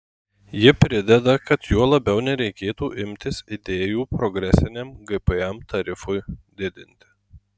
ji prideda kad juo labiau nereikėtų imtis idėjų progresiniam gpm tarifui didinti